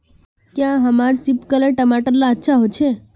क्याँ हमार सिपकलर टमाटर ला अच्छा होछै?